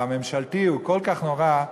הממשלתי הוא כל כך נורא,